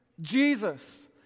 Jesus